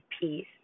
peace